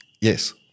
Yes